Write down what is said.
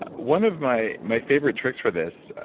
one of my my favorite tricks for this,